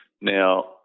Now